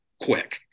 quick